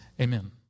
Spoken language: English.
Amen